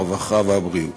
הרווחה והבריאות.